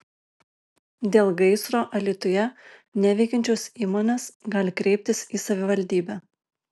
dėl gaisro alytuje neveikiančios įmonės gali kreiptis į savivaldybę